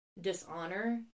dishonor